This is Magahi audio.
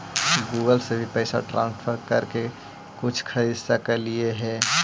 गूगल से भी पैसा ट्रांसफर कर के कुछ खरिद सकलिऐ हे?